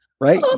right